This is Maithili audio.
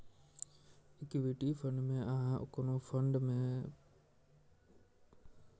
इक्विटी फंड मे अहां कोनो फंड के पैसा दै छियै आ ओ फंड ओकरा शेयर मे निवेश करै छै